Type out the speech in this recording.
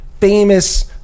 famous